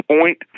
Point